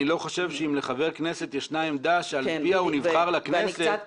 אני לא חושב שאם לחבר כנסת ישנה עמדה שעל פיה הוא נבחר לכנסת,